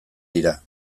dira